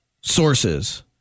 sources